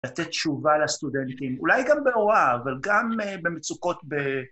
‫לתת תשובה לסטודנטים, ‫אולי גם בהוראה, אבל גם במצוקות ב...